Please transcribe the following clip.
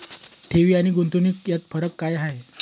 ठेवी आणि गुंतवणूक यात फरक काय आहे?